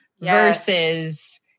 versus